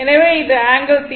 எனவே இது ஆங்கிள் θ